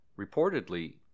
Reportedly